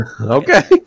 okay